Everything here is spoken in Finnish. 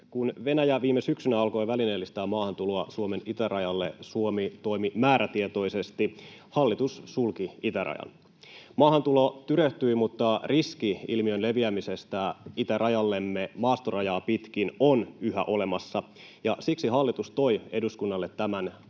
Kun Venäjä viime syksynä alkoi välineellistää maahantuloa Suomen itärajalle, Suomi toimi määrätietoisesti: hallitus sulki itärajan. Maahantulo tyrehtyi, mutta riski ilmiön leviämisestä itärajallemme maastorajaa pitkin on yhä olemassa, ja siksi hallitus toi eduskunnalle tämän